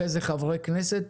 אחרי זה חברי כנסת,